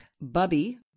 bubby